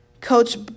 Coach